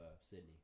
Sydney